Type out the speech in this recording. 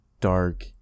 dark